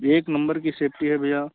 एक नंबर की सेफ्टी है भैया